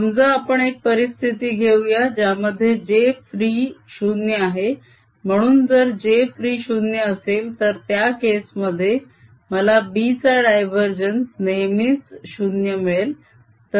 समजा आपण एक परिस्थिती घेऊया ज्यामध्ये j फ्री 0 आहे म्हणून जर j फ्री 0 असेल तर त्या केस मध्ये मला B चा डायवरजेन्स नेहमीच 0 मिळेल